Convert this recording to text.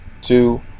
two